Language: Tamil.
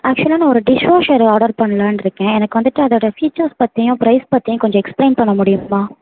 ஆக்சுவலாக நான் ஒரு டிஷ் வாஷர் ஆர்டர் பண்ணலான்னு இருக்கேன் எனக்கு வந்துவிட்டு அதோட ஃபீச்சர்ஸ் பற்றியும் ப்ரைஸ் பற்றியும் கொஞ்சம் எக்ஸ்பிளைன் பண்ண முடியுமா